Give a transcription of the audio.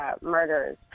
murders